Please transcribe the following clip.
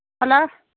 hello